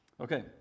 Okay